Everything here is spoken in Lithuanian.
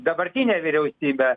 dabartinė vyriausybė